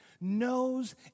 knows